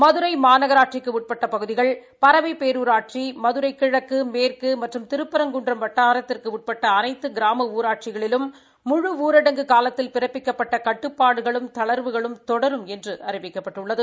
மதுரை மாநகராட்சிக்கு உட்பட்ட பகுதிகள் பரவை பேரூராட்சி மதுரை கிழக்கு மேற்கு மற்றும் திருப்பரங்குன்றம் வட்டாரத்திற்கு உட்பட்ட அனைத்து கிராம ஊராட்சிகளிலும் முழு ஊரடங்கு காலத்தில் பிறப்பிக்கப்பட்ட கட்டுப்பாடுகளும் தளா்வுகளும் தொடரும் என்று அறிவிக்கப்பட்டுள்ளது